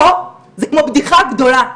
פה, זה כמו בדיחה גדולה.